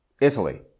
Italy